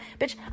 bitch